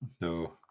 No